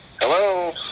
Hello